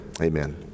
Amen